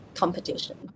competition